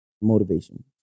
motivation